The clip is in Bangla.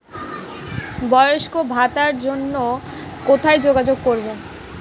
বয়স্ক ভাতার জন্য কোথায় যোগাযোগ করব?